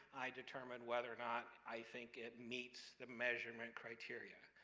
i determine whether or not i think it meets the measurement criteria,